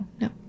no